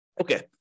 Okay